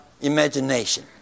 imagination